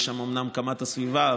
יש שם אומנם קמ"ט סביבה,